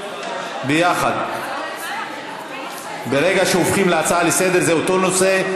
ברגע שהופכים להצעה לסדר-היום זה אותו נושא,